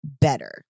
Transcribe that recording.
better